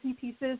Pieces